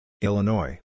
Illinois